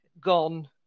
gone